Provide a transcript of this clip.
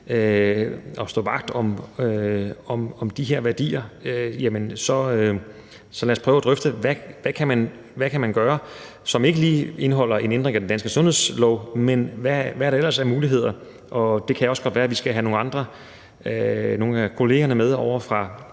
at stå vagt om de her værdier, jamen så lad os prøve at drøfte, hvad man kan gøre, som ikke lige indeholder en ændring af den danske sundhedslov, men hvad der så ellers er af muligheder. Og det kan også godt være, at vi skal have nogle andre kolleger fra